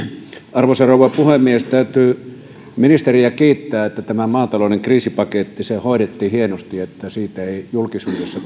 arvoisa rouva puhemies täytyy ministeriä kiittää siitä että tämä maatalouden kriisipaketti hoidettiin hienosti ja että siitä ei julkisuudessa